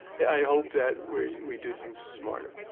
i hope that we we do things smarter.